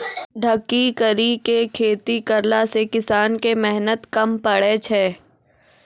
ढकी करी के खेती करला से किसान के मेहनत कम पड़ै छै